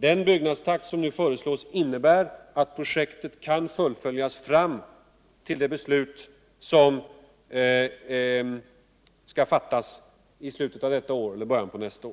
Den byggnadstakt som nu föreslås innebär att projektet kan fullföljas fram till det bestut som skall fattas i slutet av detta år eller början på nästa.